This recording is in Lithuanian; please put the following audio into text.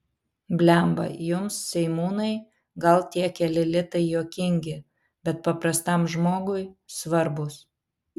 blemba jums seimūnai gal tie keli litai juokingi bet paprastam žmogui svarbūs